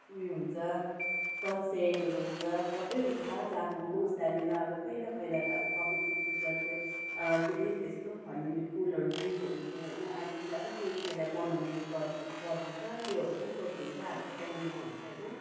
उयो हुन्छ सन सेटहरू हुन्छ सबै हुन्छ जानु होस् त्यहाँनिर अब पहिला पहिला त अब कफेरतिर त झन् त्यो के अरे यस्तो हल्लिने पुलहरू ब्रिजहरू थियो होइन अहिले चाहिँ अब त्यो त्यसलाई बनाउने उयो गर्नु गर्दैछ त्योहरू पनि सोध्नु हुन्छ हामी त कालिम्पोङमा हुन्छ होइन